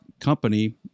company